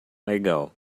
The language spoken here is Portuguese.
legal